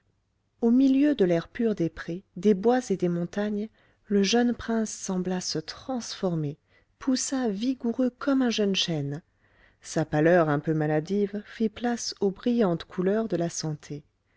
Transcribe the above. au milieu de l'air pur des prés des bois et des montagnes le jeune prince sembla se transformer poussa vigoureux comme un jeune chêne sa pâleur un peu maladive fit place aux brillantes couleurs de la santé